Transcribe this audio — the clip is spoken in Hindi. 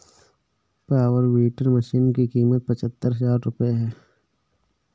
पावर वीडर मशीन की कीमत पचहत्तर हजार रूपये है